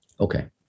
Okay